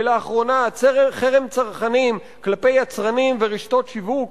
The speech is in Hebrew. ולאחרונה חרם צרכנים כלפי יצרנים ורשתות שיווק